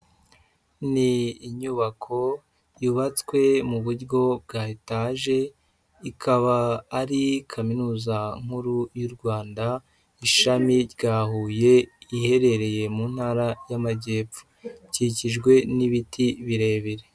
Ni inyubako yubatswe mu buryo bwa etaje, ikaba ari Kaminuza nkuru y'u Rwanda, ishami rya Huye, iherereye mu Ntara y'Amajyepfo. Ikikijwe n'ibiti birebire